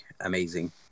amazing